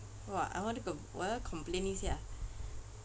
!wah! I want to go 我要 complain 一下